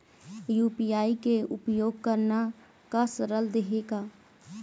UPI के उपयोग करना का सरल देहें का?